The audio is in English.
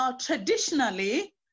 Traditionally